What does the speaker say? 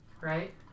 right